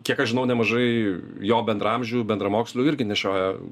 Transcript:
kiek aš žinau nemažai jo bendraamžių bendramokslių irgi nešioja